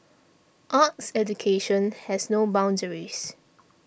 arts education has no boundaries